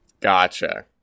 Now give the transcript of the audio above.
Gotcha